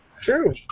True